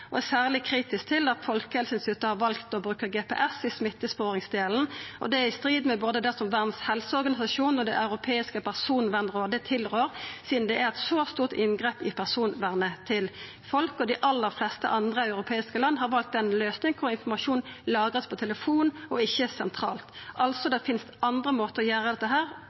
og er særleg kritisk til at Folkehelseinstituttet har valt å bruka GPS i smittesporingsdelen. Det er i strid med det som både Verdas helseorganisasjon og Det europeiske personvernrådet tilrår, sidan det er eit så stort inngrep i personvernet til folk. Dei aller fleste andre europeiske land har valt ei løysing der informasjonen vert lagra på telefonen og ikkje sentralt. Det finst altså andre måtar å gjera dette